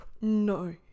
no